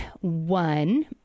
one